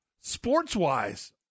Sports-wise